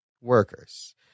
workers